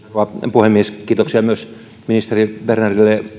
puhemies kiitoksia myös ministeri bernerille